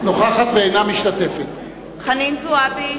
אינה משתתף בהצבעה חנין זועבי,